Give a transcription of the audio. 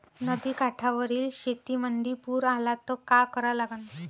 नदीच्या काठावरील शेतीमंदी पूर आला त का करा लागन?